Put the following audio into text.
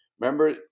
Remember